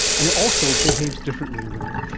and it also behaves differently in women.